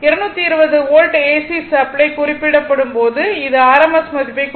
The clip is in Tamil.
220 வோல்ட் AC சப்ளை குறிப்பிடப்படும் போது இது RMS மதிப்பைக் குறிக்கிறது